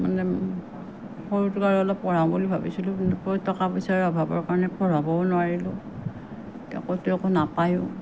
ত' মানে সৰুটোক আৰু অলপ পঢ়াম বুলি ভাবিছিলোঁ কিন্তু বহুত টকা পইচাৰ অভাৱৰ কাৰণে পঢ়াবও নোৱাৰিলোঁ এতিয়া ক'তো একো নাপায়ো